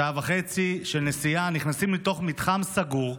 שעה וחצי של נסיעה לתוך מתחם סגור,